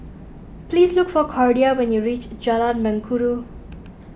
please look for Cordia when you reach Jalan Mengkudu